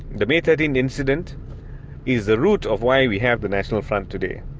the may thirteen incident is the root of why we have the national front today,